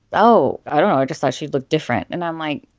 oh, i don't know. i just thought she'd look different. and i'm like,